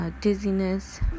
dizziness